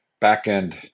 back-end